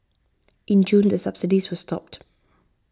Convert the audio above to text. in June the subsidies were stopped